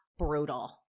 Brutal